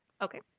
Okay